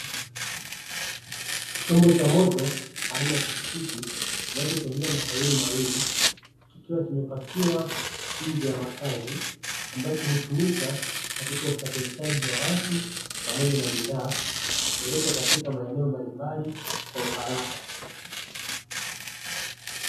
Chombo cha moto aina ya pikipiki kinachotumia matairi mawili, kikiwa kimepakiwa nje ya makazi ambacho hutumika katika usafirishaji wa watu pamoja na bidhaa kupelekwa katika maeneo mbalimbali kwa uharaka.